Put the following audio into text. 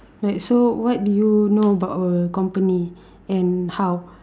like so what do you know about our company and how